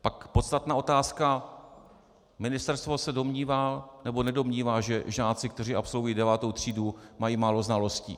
Pak podstatná otázka: Ministerstvo se domnívá, nebo nedomnívá, že žáci, kteří absolvují devátou třídu, mají málo znalostí?